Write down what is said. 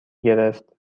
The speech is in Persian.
گرفت